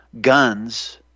guns